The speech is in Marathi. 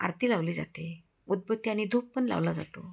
आरती लावली जाते उद्बत्ती आणि धूपपण लावला जातो